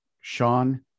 Sean